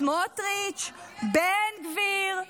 סמוטריץ', בן גביר.